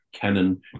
canon